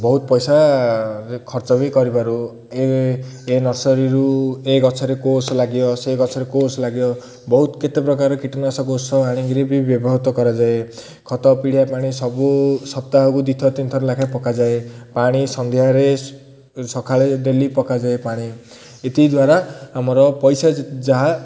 ବହୁତ ପଇସା ଖର୍ଚ୍ଚ ବି କରିପାରୁ ଏ ଏ ନର୍ସରୀରୁ ଏ ଗଛରେ କେଉଁ ଓଷ ଲାଗିବ ସେହି ଗଛରେ କୋଉ ଓଷ ଲାଗିବ ବହୁତ କେତେ ପ୍ରକାର କୀଟନାଶକ ଓଷ ଆଣିକିରି ବି ବ୍ୟବହୃତ କରାଯାଏ ଖତ ପିଡିଆ ପାଣି ସବୁ ସପ୍ତାହକୁ ଦୁଇ ଥର ତିନିଥର ଲାଖେ ପକାଯାଏ ପାଣି ସନ୍ଧ୍ୟାରେ ସକାଳେ ଡେଲି ପକାଯାଏ ପାଣି ଏଥିଦ୍ଵାରା ଆମର ପଇସା ଯାହା